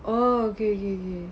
oh okay okay okay